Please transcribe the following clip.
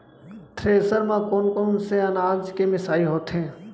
Thresher म कोन कोन से अनाज के मिसाई होथे?